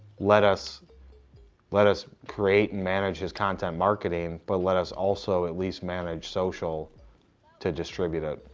let us let us create and manage his content marketing, but let us also at least manage social to distribute it.